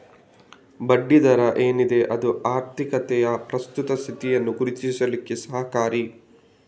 ಬಡ್ಡಿ ದರ ಏನಿದೆ ಅದು ಆರ್ಥಿಕತೆಯ ಪ್ರಸ್ತುತ ಸ್ಥಿತಿಯನ್ನ ಗುರುತಿಸ್ಲಿಕ್ಕೆ ಸಹಕಾರಿ